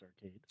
Arcade